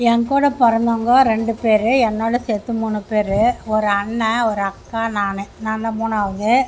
என் கூட பிறந்தவுங்க ரெண்டு பேர் என்னோடு சேர்த்து மூணு பேர் ஒரு அண்ணன் ஒரு அக்கா நான் நான் தான் மூணாவது